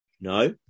no